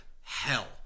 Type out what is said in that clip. hell